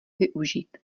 využít